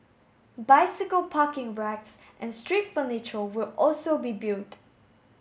bicycle parking racks and street furniture will also be built